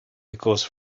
because